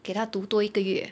给他读多一个月